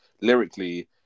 lyrically